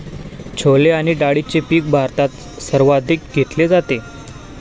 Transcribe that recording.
छोले आणि डाळीचे पीक भारतात सर्वाधिक घेतले जाते